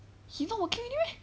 he not working already meh